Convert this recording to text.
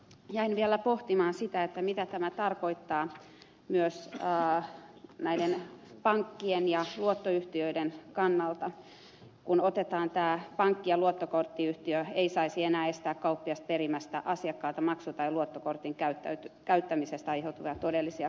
jäin vielä pohtimaan sitä mitä tämä tarkoittaa myös näiden pankkien ja luottoyhtiöiden kannalta kun otetaan tämä että pankki ja luottokorttiyhtiö ei saisi enää estää kauppiasta perimästä asiakkaalta maksu tai luottokortin käyttämisestä aiheutuvia todellisia kustannuksia